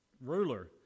ruler